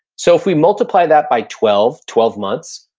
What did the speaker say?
so, if we multiply that by twelve, twelve months,